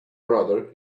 brother